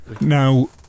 Now